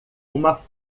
uma